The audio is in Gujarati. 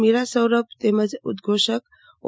મીર સૌરભ તેમજ ઉદ્વોષક ઓ